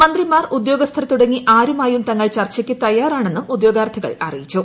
മന്ത്രിമാർ ഉദ്യോഗസ്ഥർ തുടങ്ങി ആരുമായും തങ്ങൾ ചർച്ചയ്ക്ക് തയ്യാറാണെന്നും ഉദ്യോഗാർത്ഥികൾ അറിയിച്ചു